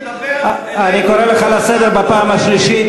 תפסיק לדבר, אני קורא אותך לסדר בפעם השלישית.